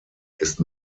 ist